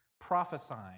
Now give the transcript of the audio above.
prophesying